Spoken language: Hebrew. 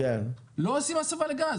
אבל הם לא עושים הסבה לגז,